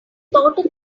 thought